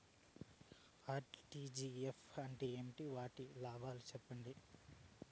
RTGS అంటే ఏమి? వాటి లాభాలు సెప్పండి?